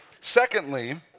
Secondly